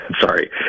sorry